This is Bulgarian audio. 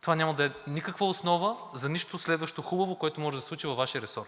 това няма да е никаква основа за нищо следващо хубаво, което може да се случи във Вашия ресор.